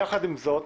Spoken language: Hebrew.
יחד עם זאת,